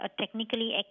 technically